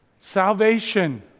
salvation